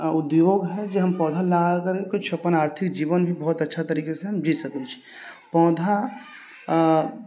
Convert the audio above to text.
उद्योग हइ जे हम पौधा लगा करके किछु अपना आर्थिक जीवन भी बहुत अच्छा तरीके से हम जी सकैत छी पौधा